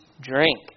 drink